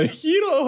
hero